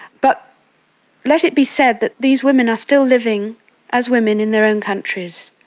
but let it be said that these women are still living as women in their own countries.